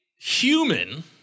human